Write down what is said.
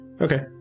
Okay